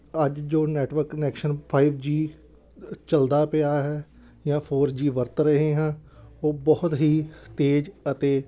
ਅੱਜ ਜੋ network connection five G ਚਲਦਾ ਪਿਆ ਹੈ ਜਾਂ ਫ਼ੋਰ ਜੀ ਵਰਤ ਰਹੇ ਹਾਂ ਉਹ ਬਹੁਤ ਹੀ ਤੇਜ ਅਤੇ